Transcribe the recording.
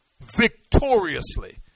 victoriously